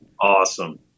Awesome